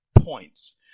Points